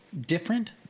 different